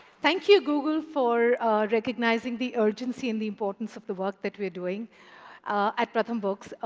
thank you, google, for recognizing the urgency and the importance of the work that we are doing at pratham books. ah